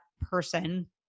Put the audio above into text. person